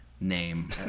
name